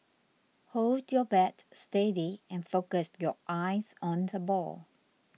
hold your bat steady and focus your eyes on the ball